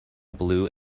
blue